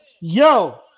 yo